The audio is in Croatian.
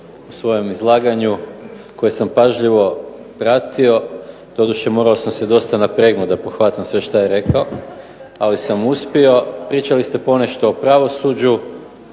u svojem izlaganju, koje sam pažljivo pratio, doduše morao sam se dosta napregnuti da pohvatam sve šta je rekao, ali sam uspio. Pričali ste ponešto o pravosuđu,